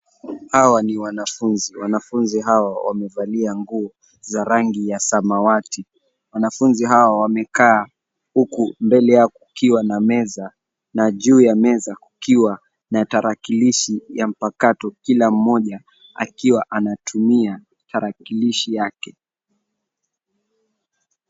Hawa ni wanafunzi. Wanafunzi hawa wamevalia nguo za rangi ya samawati. Wanafunzi hawa wamekaa huku mbele yao kukiwa na meza na juu ya meza kukiwa na tarakilishi ya mpakato kila mmoja akiwa anatumia tarakilishi yake.